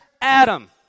Adam